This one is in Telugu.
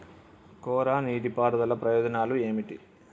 కోరా నీటి పారుదల ప్రయోజనాలు ఏమిటి?